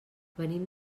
venim